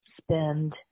spend